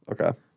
Okay